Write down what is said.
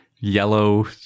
Yellow